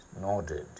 nodded